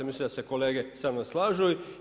Mislim da se kolega sa mnom slažu.